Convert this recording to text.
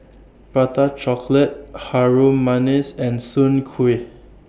Prata Chocolate Harum Manis and Soon Kuih